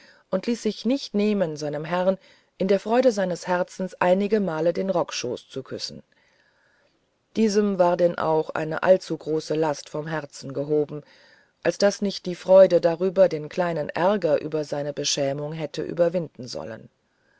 und ließ es sich nicht nehmen seinem herrn in der freude seines herzens einigemal den rockschoß zu küssen diesem war denn auch eine allzu große last vom herzen gehoben als daß nicht die freude darüber den kleinen ärger über seine beschämung hätte überwinden sollen